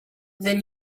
then